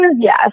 yes